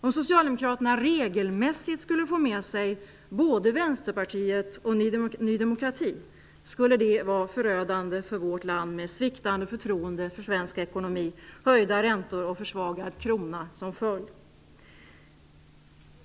Om Socialdemokraterna regelmässigt skulle få med sig både Vänsterpartiet och Ny demokrati skulle det vara förödande för vårt land med sviktande förtroende för svensk ekonomi, höjda räntor och försvagad krona som följd.